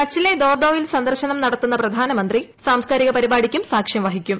കച്ചിലെ ദോർഡോയിൽ സന്ദർശനം നടത്തുന്ന പ്രധാനമന്ത്രി സാംസ്ക്കാരിക പരിപാടിക്കും സാക്ഷ്യം വഹിക്കും